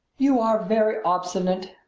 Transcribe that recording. you are very obstinate,